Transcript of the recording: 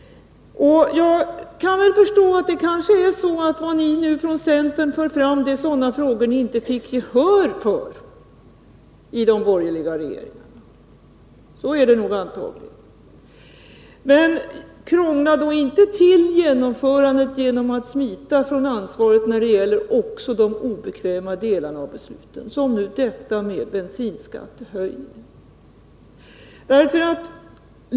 Jag kan väl förstå att vad ni nu för fram från centerns sida är sådana frågor som ni inte fick gehör för i de borgerliga regeringarna — så är det antagligen. Men krångla då inte till genomförandet genom att smita från ansvaret också när det gäller de obekväma delarna av besluten, som beträffande bensinskattehöjningen.